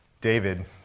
David